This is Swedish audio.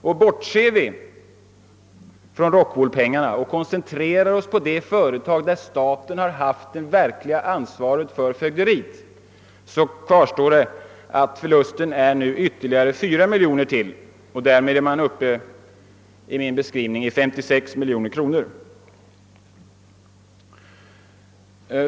Om vi bortser från Rockwoolpengarna och koncentrerar oss på det företag där staten har haft det verkliga ansvaret för fögderiet, kvarstår att förlusten blir ytterligare 4 miljoner kronor. Därmed är förlusten uppe i 56 miljoner kronor.